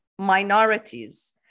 minorities